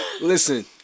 listen